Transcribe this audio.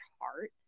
heart